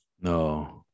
no